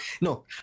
No